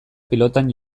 pilotan